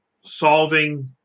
solving